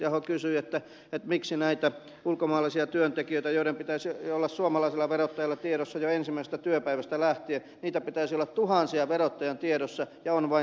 yrttiaho kysyi miksi näitä ulkomaalaisia työntekijöitä joiden pitäisi olla suomalaisella verottajalla tiedossa jo ensimmäisestä työpäivästä lähtien ja joita pitäisi olla tuhansia verottajan tiedossa on vain satoja